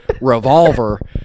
revolver